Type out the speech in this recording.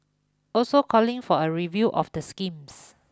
also calling for a review of the schemes